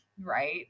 right